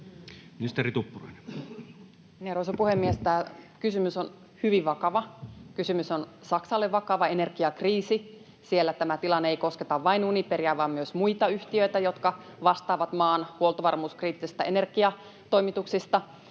Time: 16:51 Content: Arvoisa puhemies! Tämä kysymys on hyvin vakava. Kysymys on Saksalle vakava, energiakriisi. Siellä tämä tilanne ei kosketa vain Uniperia vaan myös muita yhtiöitä, jotka vastaavat maan huoltovarmuuskriittisistä energiatoimituksista.